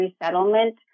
resettlement